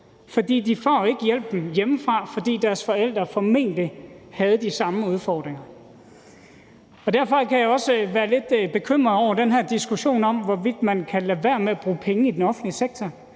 For de får ikke hjælp hjemmefra, fordi deres forældre formentlig havde de samme udfordringer. Derfor kan jeg også være lidt bekymret over den her diskussion om, hvorvidt man kan lade være med at bruge penge i den offentlige sektor.